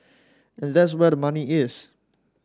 and that's where the money is